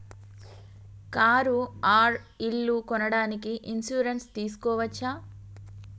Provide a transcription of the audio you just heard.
Car or ఇల్లు కొనడానికి insurance తీస్కోవచ్చా?